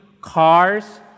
cars